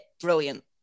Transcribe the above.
brilliant